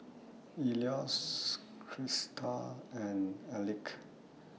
Eloise Christa and Elick